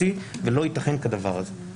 מוציאה, ולא ייתכן כדבר הזה.